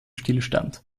stillstand